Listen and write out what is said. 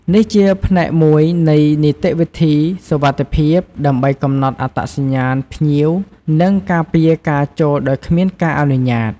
នេះជាផ្នែកមួយនៃនីតិវិធីសុវត្ថិភាព ដើម្បីកំណត់អត្តសញ្ញាណភ្ញៀវ និងការពារការចូលដោយគ្មានការអនុញ្ញាត។